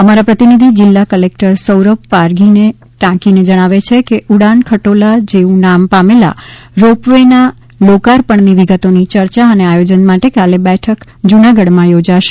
અમારા પ્રતિભિધિ જિલ્લા કલેક્ટર સૌરભ પાર્ઘીને ટાંકી જણાવે છે કે ઉડાન ખટોલા જેવુ નામ પામેલા રોપ વેના લોકાર્પણની વિગતોની ચર્ચા અને આયોજન માટે કાલે બેઠક જુનાગઢ માં યોજાશે